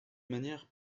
manière